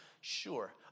Sure